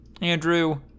Andrew